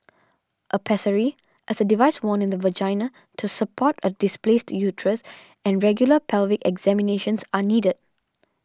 a pessary is a device worn in the vagina to support a displaced uterus and regular pelvic examinations are needed